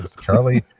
charlie